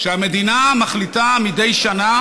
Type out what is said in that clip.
שהמדינה מחליטה מדי שנה